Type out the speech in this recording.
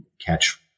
catch